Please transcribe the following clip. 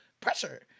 pressure